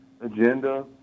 agenda